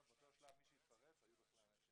באותו שלב מי שהתפרץ היו בכלל אנשים